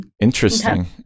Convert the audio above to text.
Interesting